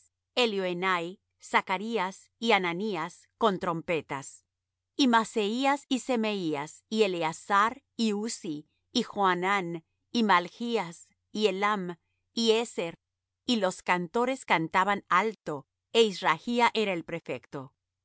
michías elioenai zacarías y hananías con trompetas y maaseías y semeías y eleazar y uzzi y johanán y malchías y elam y ezer y los cantores cantaban alto é israhía era el prefecto